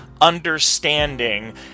understanding